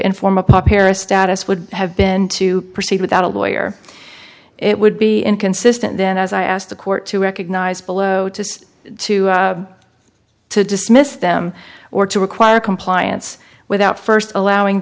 and form a pop era status would have been to proceed without a lawyer it would be inconsistent then as i asked the court to recognize below to see to to dismiss them or to require compliance without first allowing